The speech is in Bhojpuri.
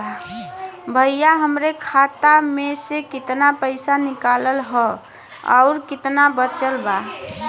भईया हमरे खाता मे से कितना पइसा निकालल ह अउर कितना बचल बा?